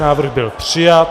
Návrh byl přijat.